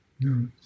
No